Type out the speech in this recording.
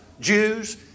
Jews